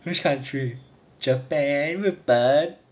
which country japan not bad